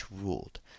ruled